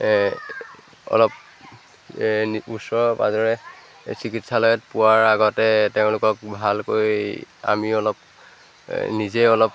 অলপ ওচৰৰ পাঁজৰে চিকিৎসালয়ত পোৱাৰ আগতে তেওঁলোকক ভালকৈ আমি অলপ নিজে অলপ